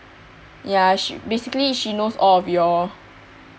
ya she basically she knows all of you all